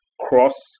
cross